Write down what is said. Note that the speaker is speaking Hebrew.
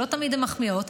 שלא תמיד הן מחמיאות.